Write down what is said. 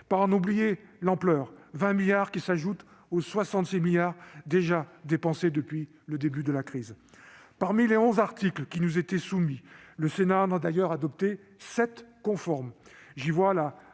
par en oublier l'ampleur : 20 milliards d'euros, qui s'ajoutent aux 66 milliards d'euros déjà dépensés depuis le début de la crise. Parmi les onze articles qui nous étaient soumis, le Sénat en a d'ailleurs adopté sept conformes.